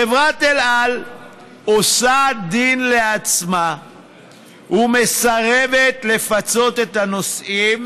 חברת אל על עושה דין לעצמה ומסרבת לפצות את הנוסעים,